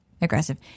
aggressive